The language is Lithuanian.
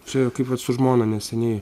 čia kaip vat su žmona neseniai